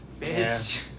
Bitch